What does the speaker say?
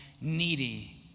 needy